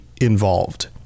involved